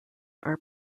are